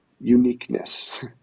uniqueness